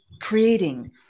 creating